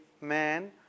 man